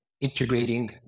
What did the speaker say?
integrating